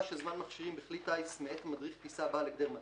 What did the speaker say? של זמן מכשירים בכלי טיס מאת מדריך טיסה בעל הגדר מתאים,